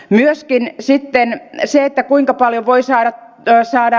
myöskin sitten se kuinka paljon voi saada saada